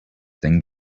thing